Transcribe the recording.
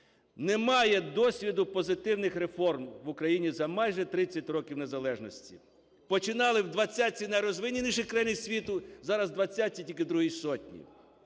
Немає досвіду позитивних реформ в Україні за майже 30 років незалежності. Починали в двадцятці найрозвиненіших країн світу, зараз в двадцятці